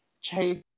Chase